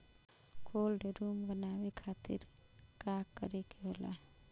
Cold room बनावे खातिर का करे के होला?